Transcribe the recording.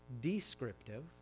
descriptive